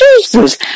Jesus